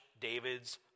David's